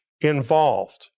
involved